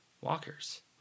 walkers